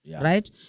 Right